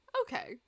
okay